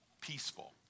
peaceful